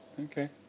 Okay